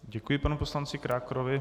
Děkuji panu poslanci Krákorovi.